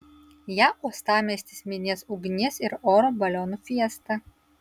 ją uostamiestis minės ugnies ir oro balionų fiesta